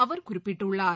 அவ ர குறிப்பிட்டுள்ளார்